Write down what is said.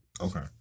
okay